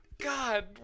God